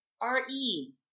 R-E